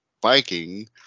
biking